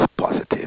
positive